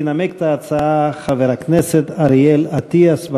ינמק את ההצעה חבר הכנסת אריאל אטיאס.